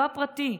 לא הפרטי.